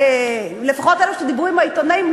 לפחות אלו שדיברו עם העיתונאים,